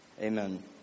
Amen